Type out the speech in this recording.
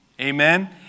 Amen